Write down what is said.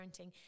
parenting